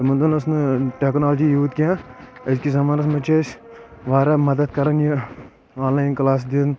تِمن دۄہن ٲس نہٕ ٹٮ۪کنالوجی یوٗت کینٛہہ أزۍ کِس زمانس منٛز چھِ أسۍ واراہ مدد کران یہِ آن لاین کلاس دیُن